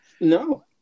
No